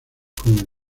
con